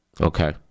Okay